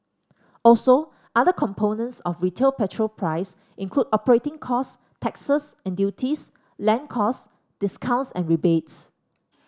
also other components of retail petrol price include operating costs taxes and duties land costs discounts and rebates